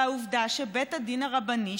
והעובדה היא שבית הדין הרבני,